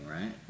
right